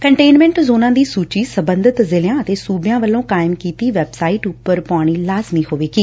containment ਜੋਨਾਂ ਦੀ ਸੁਚੀ ਸਬੰਧਤ ਜ਼ਿਲ਼ਿਆਂ ਅਤੇ ਸੁਬਿਆਂ ਵੱਲੋਂ ਕਾਇਮ ਕੀਤੀ ਵੈੱਬਸਾਈਟ ਉਪਰ ਪਾਉਣੀ ਲਾਜ਼ਮੀ ਹੋਵੇਗੀ